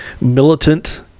militant